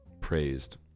praised